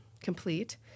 complete